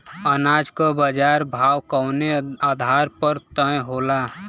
अनाज क बाजार भाव कवने आधार पर तय होला?